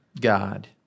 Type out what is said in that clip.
God